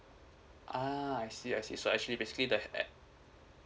ah I see I see so actually basically the air~